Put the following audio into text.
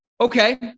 okay